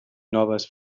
noves